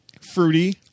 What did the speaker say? fruity